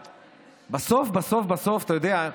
בסוף בסוף בסוף, אתה יודע,